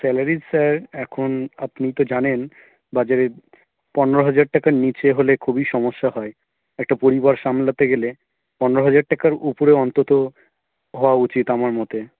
salary sir এখন আপনি তো জানেন বাজারে পনেরো হাজার টাকার নিচে হলে খুবই সমস্যা হয় একটা পরিবার সামলাতে গেলে পনেরো হাজার টাকার উপরে অন্তত হওয়া উচিত আমার মতে